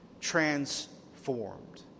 transformed